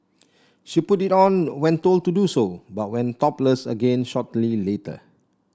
she put it on when told to do so but went topless again shortly later